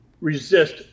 resist